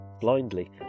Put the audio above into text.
Blindly